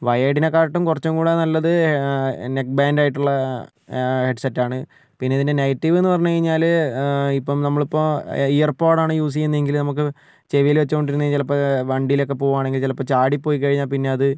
വയേർഡിനെകാട്ടും കുറച്ചും കൂടെ നല്ലത് നെക്ക് ബാൻഡ് ആയിട്ടുള്ള ഹെഡ്സെറ്റ് ആണ് പിന്നെ ഇതിൻ്റെ നെഗറ്റിവ് എന്ന് പറഞ്ഞ് കഴിഞ്ഞാൽ ഇപ്പം നമ്മളിപ്പോൾ ഇയർപോഡ് ആണ് യൂസ് ചെയ്യുന്നതെങ്കിൽ നമുക്ക് ചെവിയിൽ വച്ചോണ്ടിരുന്നാ ചെലപ്പൊ വണ്ടിയിലൊക്കെ പോകുവാണെങ്കിൽ ചിലപ്പം ചാടി പൊയിക്കഴിഞ്ഞാൽ പിന്നെ അത്